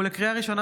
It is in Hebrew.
לקריאה ראשונה,